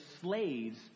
slaves